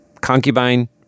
Concubine